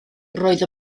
roedd